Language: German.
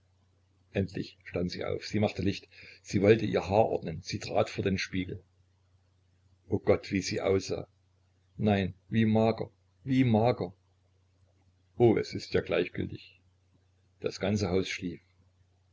endlich stand sie auf sie machte licht sie wollte ihr haar ordnen sie trat vor den spiegel o gott wie sie aussah nein wie mager wie mager o es ist ja gleichgültig das ganze haus schlief